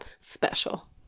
special